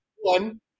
One